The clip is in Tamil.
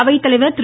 அவை தலைவர் திரு